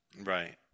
right